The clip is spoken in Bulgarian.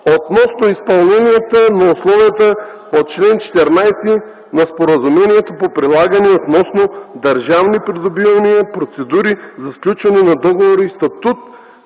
относно изпълненията на условията по чл. 14 на споразумението по прилагане относно държавни придобивания, процедури за сключване на договори и статут